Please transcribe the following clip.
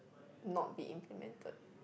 not be implemented